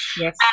Yes